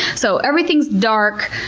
so everything's dark.